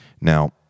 Now